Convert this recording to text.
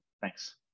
Thanks